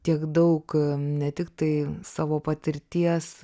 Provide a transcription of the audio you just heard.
tiek daug ne tiktai savo patirties